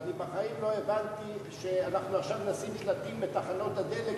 ואני בחיים לא הבנתי שאנחנו עכשיו נשים שלטים בתחנות הדלק,